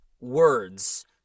words